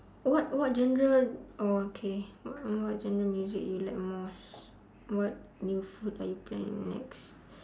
what what genre okay oh okay what what genre music you like most what new food are you planning next